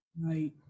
Right